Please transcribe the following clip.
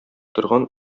торган